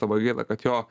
labai gaila kad jo